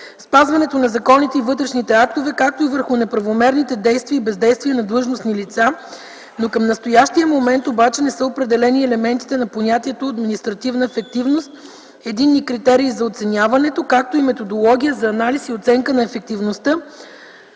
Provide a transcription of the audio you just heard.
спазването на законите и вътрешните актове, както и върху неправомерните действия и бездействия на длъжностни лица, но към настоящия момент обаче не са определени елементите на понятието „административна ефективност”, единни критерии за оценяването, както и Методология за анализ и оценка на ефективността